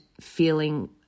feeling